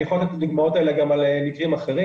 אני יכול לתת דוגמאות כאלה גם על מקרים אחרים.